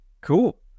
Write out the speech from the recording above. cool